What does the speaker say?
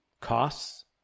costs